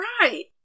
right